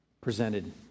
presented